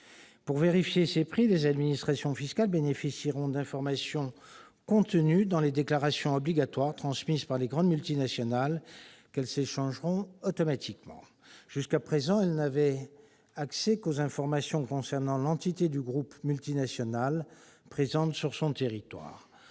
Pour vérifier ces prix, les administrations fiscales bénéficieront d'informations contenues dans les déclarations obligatoires transmises par les grandes multinationales, qu'elles s'échangeront automatiquement. Jusqu'à présent, elles n'avaient accès qu'aux informations concernant l'entité du groupe multinational présente sur leur territoire.